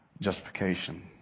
justification